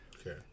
Okay